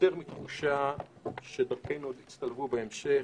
יותר מתחושה שדרכינו עוד יצטלבו בהמשך.